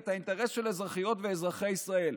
את האינטרס של אזרחיות ואזרחי ישראל.